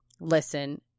listen